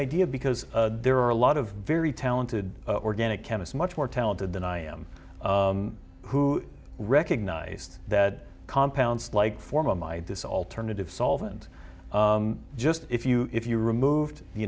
idea because there are a lot of very talented organic chemist much more talented than i am who recognized that compounds like form of my this alternative solvent just if you if you removed the